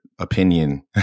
opinion